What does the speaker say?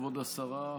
כבוד השרה,